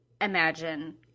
imagine